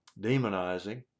demonizing